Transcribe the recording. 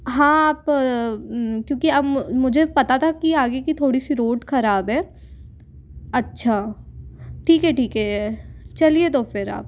हाँ आप क्योंकि अब मुझे पता था कि आगे की थोड़ी सी रोड खराब है अच्छा ठीक है ठीक है चलिए तो फिर आप